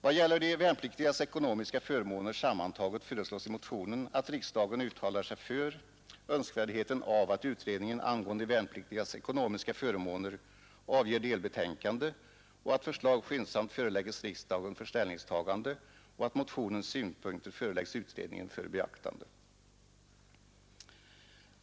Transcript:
Vad gäller de värnpliktigas ckonomiska förmåner sammantaget föreslås i motionen att riksdagen uttalar sig för önskvärdheten av att utredningen angående de värnpliktigas eckonomiska förmaner avger delbetänkande och att förslag skyndsamt förelägges riksdagen för ställningstagande och att motionens synpunkter föreläggs utredningen för beaktande.